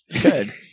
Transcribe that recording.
Good